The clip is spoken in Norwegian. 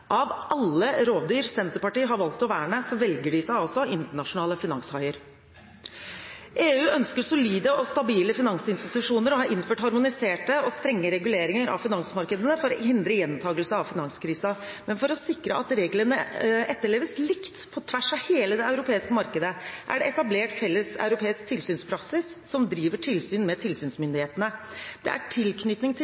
Av alle rovdyr Senterpartiet har valgt å verne, velger de seg altså internasjonale finanshaier. EU ønsker solide og stabile finansinstitusjoner og har innført harmoniserte og strenge reguleringer av finansmarkedene for å hindre gjentagelse av finanskrisen. Men for å sikre at reglene etterleves likt, på tvers av hele det europeiske markedet, er det etablert en felles europeisk tilsynspraksis som driver tilsyn med